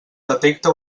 detecta